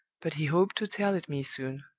but he hoped to tell it me soon